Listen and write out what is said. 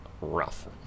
rough